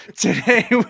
today